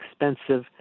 expensive